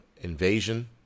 invasion